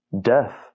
death